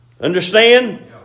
Understand